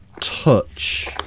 touch